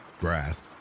grass